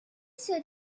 should